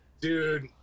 Dude